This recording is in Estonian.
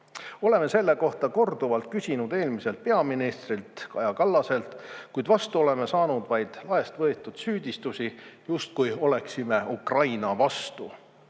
Oleme selle kohta korduvalt küsinud eelmiselt peaministrilt Kaja Kallaselt, kuid vastu oleme saanud vaid laest võetud süüdistusi, justkui oleksime Ukraina vastu.